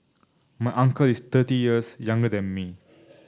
my uncle is thirty years younger than me